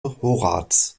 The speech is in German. horaz